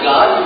God